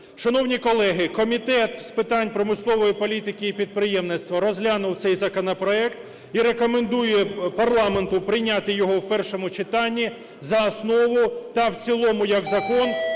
Шановні колеги, Комітет з питань промислової політики і підприємництва розглянув цей законопроект і рекомендує парламенту прийняти його в першому читанні за основу та в цілому як закон